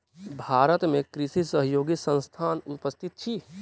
भारत में बहुत कृषि सहयोगी संस्थान उपस्थित अछि